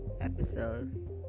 episode